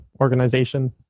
organization